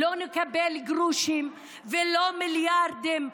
לא נקבל גרושים, ולא מיליארדים,